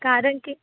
कारण की